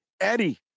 Eddie